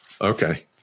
Okay